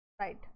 right